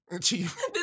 Chief